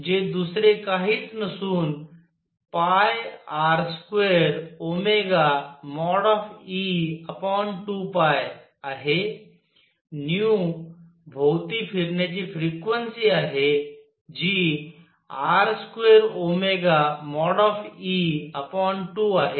जेदुसरे काहीच नसूनR2e2πआहे भोवती फिरण्याची फ्रिक्वेन्सी आहे जी R2e2आहे